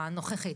הנוכחית.